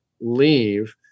leave